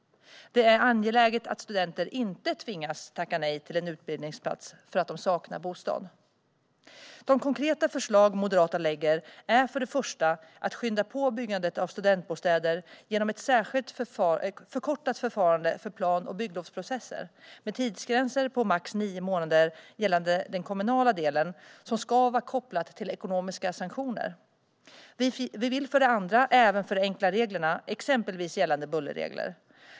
Det är angeläget att studenter inte tvingas tacka nej till en utbildningsplats för att de saknar bostad. De konkreta förslag som Moderaterna lägger fram är för det första att skynda på byggandet av studentbostäder genom ett särskilt förkortat förfarande för plan och bygglovsprocesser med tidsgränser på max nio månader gällande den kommunala delen, och det ska vara kopplat till ekonomiska sanktioner. Vi vill för det andra förenkla reglerna exempelvis gällande bullerregler.